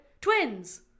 Twins